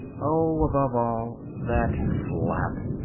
oh, above all, that flap!